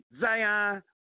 Zion